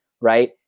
right